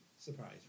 Surprise